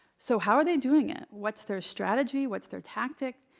so how are they doing it? what's their strategy? what's their tactic?